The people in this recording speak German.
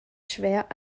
schwer